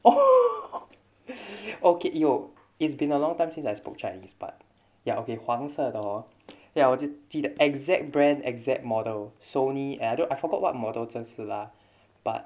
okay yo it's been a long time since I spoke chinese but ya okay 黄色的 hor ya 我只记得 the exact brand exact model sony and I don't I forgot what model 真是 lah but